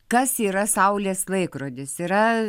kas yra saulės laikrodis yra